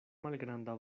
malgranda